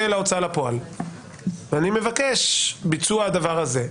הוצאה לפועל ואני מבקש ביצוע הדבר הזה.